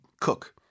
cook